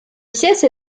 pièce